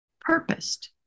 purposed